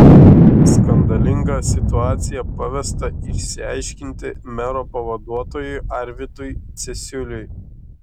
skandalingą situaciją pavesta išsiaiškinti mero pavaduotojui arvydui cesiuliui